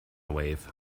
wave